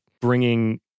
bringing